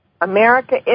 America